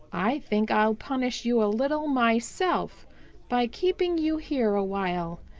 i think i'll punish you a little myself by keeping you here a while.